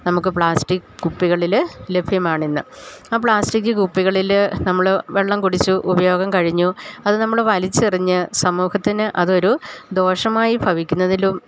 നമുക്ക് പ്ലാസ്റ്റിക് കുപ്പികളില് ലഭ്യമാണ് ഇന്ന് ആ പ്ലാസ്റ്റിക് കുപ്പികളില് നമ്മള് വെള്ളം കുടിച്ചു ഉപയോഗം കഴിഞ്ഞു അത് നമ്മള് വലിച്ചെറിഞ്ഞ് സമൂഹത്തിന് അതൊരു ദോഷമായി ഭവിക്കുന്നതിലും